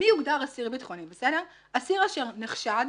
מי הוגדר אסיר ביטחוני "אסיר אשר נחשד,